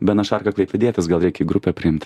benas šarka klaipėdietis gal reikia į grupę priimt